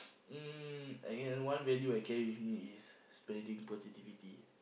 mm one value I carry with me is spreading positivity